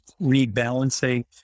rebalancing